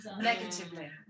negatively